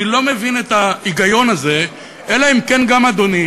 אני לא מבין את ההיגיון הזה, אלא אם כן גם אדוני,